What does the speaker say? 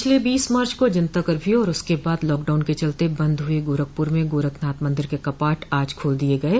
पिछले बीस मार्च को जनता कर्फ्यू और उसके बाद लॉकडाउन के चलते बन्द हुए गोरखपुर में गोरखनाथ मंदिर के कपाट आज खोल दिये गये